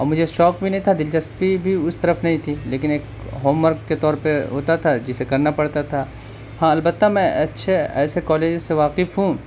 اور مجھے شوق بھی نہیں تھا دلچسپی بھی اس طرف نہیں تھی لیکن ایک ہوم ورک کے طور پہ ہوتا تھا جسے کرنا پڑتا تھا ہاں البتہ میں اچھے ایسے کالجز سے واقف ہوں